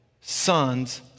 sons